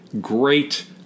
great